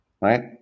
right